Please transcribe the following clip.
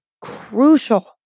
crucial